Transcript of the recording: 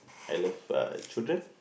I love uh children